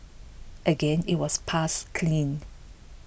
again it was passed clean